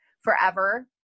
forever